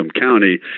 County